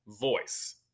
voice